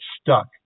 stuck